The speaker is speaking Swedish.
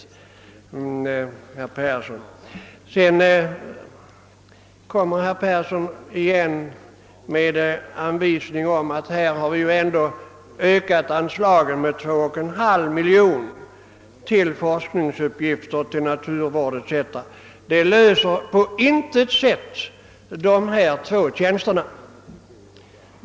Vidare upprepade herr Persson i Skänninge att anslaget till forskningsuppgifter inom naturvården etc. ändå föreslås ökat med 2,5 miljoner kronor. Men det löser på intet sätt problemen beträffande dessa två tjänster.